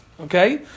Okay